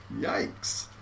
Yikes